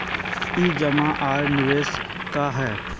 ई जमा आर निवेश का है?